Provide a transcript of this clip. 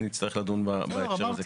נצטרך לדון בהקשר הזה.